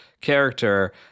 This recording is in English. character